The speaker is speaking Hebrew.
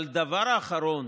אבל הדבר האחרון